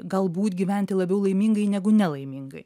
galbūt gyventi labiau laimingai negu nelaimingai